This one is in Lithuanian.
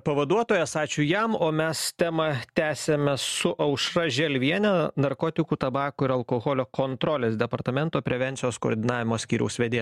pavaduotojas ačiū jam o mes temą tęsiame su aušra želvienė narkotikų tabako ir alkoholio kontrolės departamento prevencijos koordinavimo skyriaus vedėja